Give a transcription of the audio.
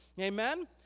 Amen